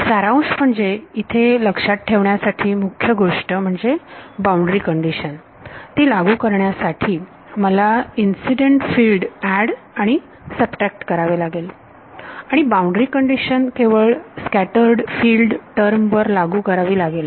सारांश म्हणजे इथे लक्षात ठेवण्यासाठी मुख्य गोष्ट म्हणजे बाउंड्री कंडिशन लागू करण्यासाठी मला इन्सिडेंट फील्ड ऍड आणि सबट्रॅक्ट करावे लागेल आणि बाउंड्री कंडिशन केवळ स्कॅटर्ड फील्ड टर्म वर लागू करावी लागेल